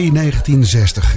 1960